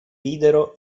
videro